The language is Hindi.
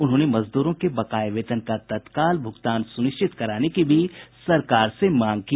उन्होंने मजदूरों के बकाये वेतन का तत्काल भुगतान सुनिश्चित कराने की भी सरकार से मांग की